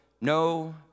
no